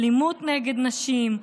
אלימות נגד נשים,